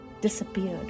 disappeared